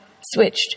switched